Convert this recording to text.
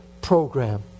program